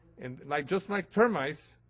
and like just like termites,